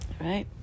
Right